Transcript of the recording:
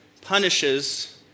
punishes